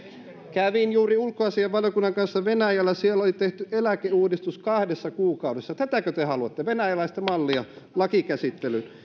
kävin juuri ulkoasiainvaliokunnan kanssa venäjällä siellä oli tehty eläkeuudistus kahdessa kuukaudessa tätäkö te haluatte venäläistä mallia lakikäsittelyyn